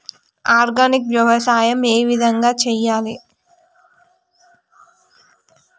Organic వ్యవసాయం ఏ విధంగా చేయాలి?